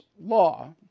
law